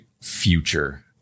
future